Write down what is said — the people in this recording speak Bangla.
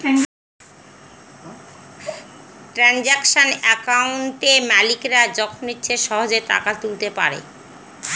ট্রানসাকশান একাউন্টে মালিকরা যখন ইচ্ছে সহেজে টাকা তুলতে পারে